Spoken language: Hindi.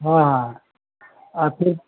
हाँ हाँ आख़िर